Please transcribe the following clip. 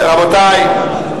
רבותי,